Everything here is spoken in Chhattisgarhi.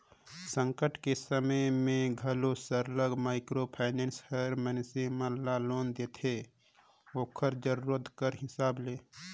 संकट कर समे में घलो सरलग माइक्रो फाइनेंस हर मइनसे मन ल लोन देथे ओकर जरूरत कर हिसाब ले